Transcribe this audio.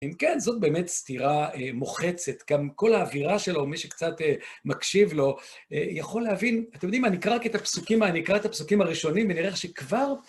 אם כן, זאת באמת סתירה מוחצת. גם כל האווירה שלו, מי שקצת מקשיב לו יכול להבין. אתם יודעים מה? אני אקרא רק את הפסוקים, מה? אני אקרא את הפסוקים הראשונים, ונראה שכבר...